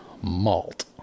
malt